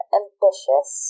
ambitious